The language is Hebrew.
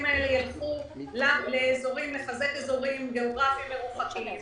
האלה ילכו לחזק אזורים גיאוגרפיים מרוחקים,